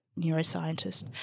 neuroscientist